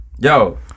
yo